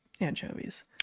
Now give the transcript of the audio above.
anchovies